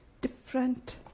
Different